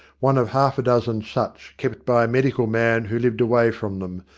one of half a dozen such kept by a medical man who lived away from them,